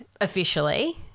officially